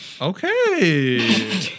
Okay